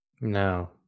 No